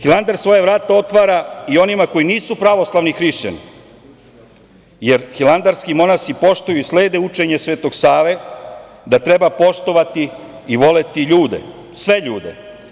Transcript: Hilandar svoja vrata otvara i onima koji nisu pravoslavni Hrišćani, jer hilandarski monasi poštuju i slede učenje Svetog Save, da treba poštovati i voleti sve ljude.